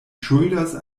ŝuldas